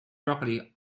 broccoli